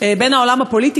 בין העולם הפוליטי,